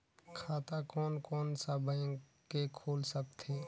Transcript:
खाता कोन कोन सा बैंक के खुल सकथे?